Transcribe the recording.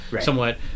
somewhat